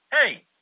hey